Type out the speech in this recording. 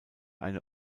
eine